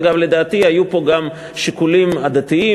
אגב, לדעתי היו פה גם שיקולים עדתיים.